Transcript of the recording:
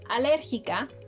alérgica